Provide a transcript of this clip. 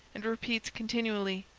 and repeats continually,